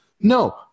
No